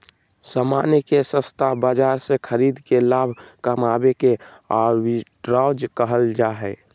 सामान के सस्ता बाजार से खरीद के लाभ कमावे के आर्बिट्राज कहल जा हय